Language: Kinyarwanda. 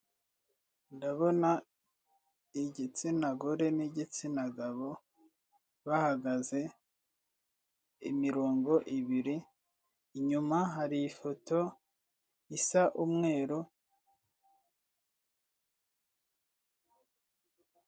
Ndabona igitsina gore n'igitsina gabo bahagaze imirongo ibiri, inyuma hari ifoto isa umweru.